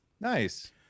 Nice